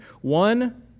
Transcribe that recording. One